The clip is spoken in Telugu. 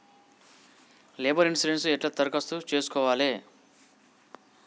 లేబర్ ఇన్సూరెన్సు ఎట్ల దరఖాస్తు చేసుకోవాలే?